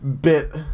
bit